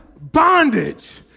bondage